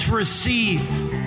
Receive